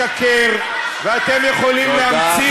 אתם יכולים לשקר ואתם יכולים להמציא, תודה.